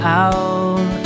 out